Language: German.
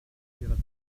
ihrer